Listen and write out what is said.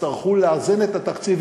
יצטרכו לאזן את התקציב,